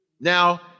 Now